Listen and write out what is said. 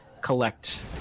collect